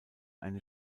eine